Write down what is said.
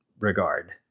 regard